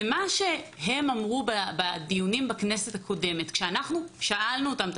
מה שהם אמרו בדיונים בכנסת הקודמת כשאנחנו שאלנו אותם את